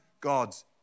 God's